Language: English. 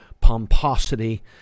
pomposity